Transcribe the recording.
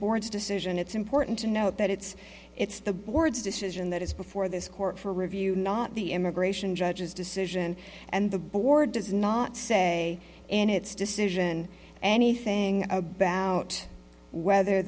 board's decision it's important to note that it's it's the board's decision that is before this court for review not the immigration judge's decision and the board does not say in its decision anything about whether